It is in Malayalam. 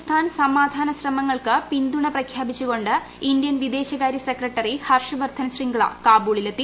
എസ് അഫ്ഗാനിസ്ഥാൻ സമാധാന ശ്രമങ്ങൾക്ക് പിന്തുണ പ്രഖ്യാപിച്ചുകൊണ്ട് ഇന്ത്യൻ വിദേശകാര്യ സെക്രട്ടറി ഹർഷ് വർദ്ധൻ ശൃംഗ്ള കാബൂളിലെത്തി